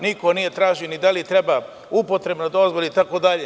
Niko nije tražio ni da li treba upotrebna dozvola itd.